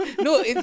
No